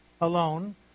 alone